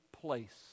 place